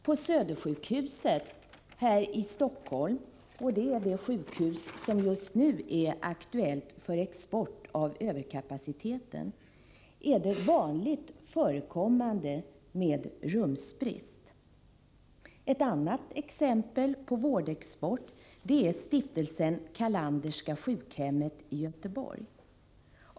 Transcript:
På Södersjukhuset här i Stockholm — det är det sjukhus som just nu är aktuellt för export av överkapaciteten — är det vanligt förekommande med rumsbrist. Ett annat exempel på vårdexport är Stiftelsen Carlanderska sjukhemmet i Göteborg.